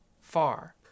far